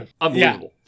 unbelievable